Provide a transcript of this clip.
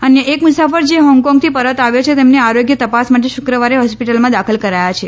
અન્ય એક મુસાફર જે હોંગકોંગથી પરત આવ્યો છે તેમને આરોગ્ય તપાસ માટે શુક્રવારે હોસ્પિટલમાં દાખલ કરાયા છે